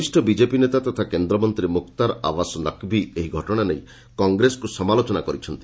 ବରିଷ୍ଣ ବିଜେପି ନେତା ତଥା କେନ୍ଦ୍ରମନ୍ତ୍ରୀ ମୁକ୍ତାର ଅବାସ୍ ନକ୍ଭୀ ଏହି ଘଟଣା ନେଇ କଂଗ୍ରେସକୁ ସମାଲୋଚନା କରିଛନ୍ତି